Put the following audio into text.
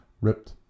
ripped